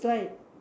like